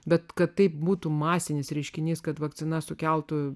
bet kad tai būtų masinis reiškinys kad vakcina sukeltų